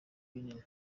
binini